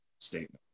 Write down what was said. statement